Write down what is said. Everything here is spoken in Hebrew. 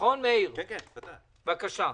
בבקשה,